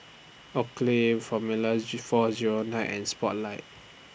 Oakley Formula Z four Zero nine and Spotlight